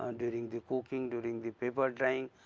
um during the cooking during the paper drying.